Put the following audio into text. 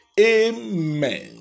amen